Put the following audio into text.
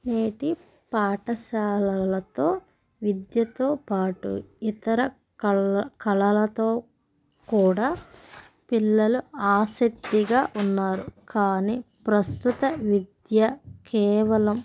నేటి పాఠశాలలో విద్యతో పాటు ఇతర కళలలో కూడా పిల్లలు ఆసక్తిగా ఉన్నారు కానీ ప్రస్తుత విద్య కేవలం